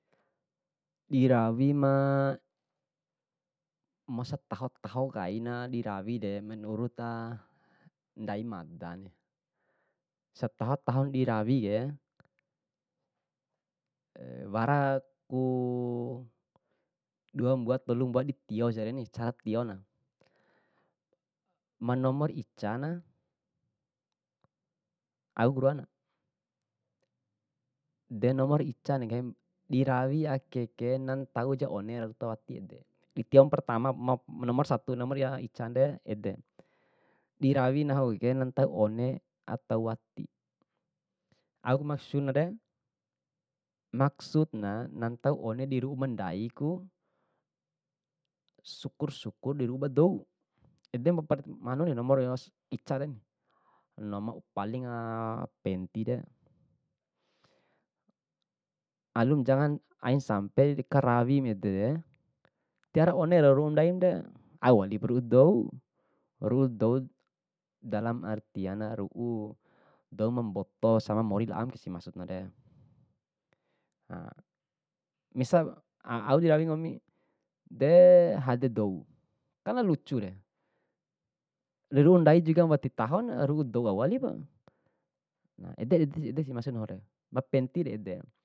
Dirawima masataho taho kaina dirawiren, menuruta ndai madani, setaho taho dirawire, waraku dua mbua tolu mbua ditio siani caha tiona. manomor icana auku ruan, de nomor icade nggahim dirawi akeke nantauja one ato wati ede. Fiki wau ma pertama ma nomor satu ma nomor yang icande ede, dirawi nahuke nantau one ato wati, au maksudnare, maksudna nantau one diru'u ba ndaiku, syukur syukur di uru'u ba dou, edempa hanunire nomor ica ren, monor palinga pentiren. Alum jangan, ain sampe dikarawim edere diwara one rau ru'u ndaimre, au walipu ru'u dou, ru'u dou dalam artiana ru'u dou mamboto sama mori laomsi maksudnare. misal au dirawi nggomi, de hade dou kana lucure, di ru'u ndai juga wati tahona ru'u dou au walipa, na edesi edesi maksud nahure mapentire ede.